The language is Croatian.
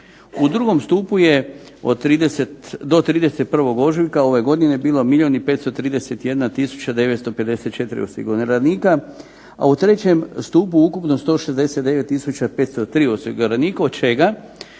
U drugom stupu je do 31. ožujka ove godine bilo milijun i 531954 osiguranika, a u trećem stupu ukupno 169503 osiguranika od čega